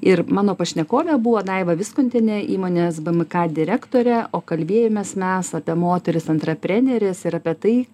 ir mano pašnekovė buvo daiva viskontienė įmonės bmk direktorė o kalbėjomės mes apie moteris antrapreneres ir apie tai